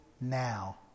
now